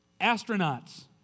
astronauts